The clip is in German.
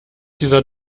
dieser